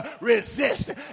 resist